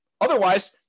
Otherwise